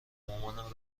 مامان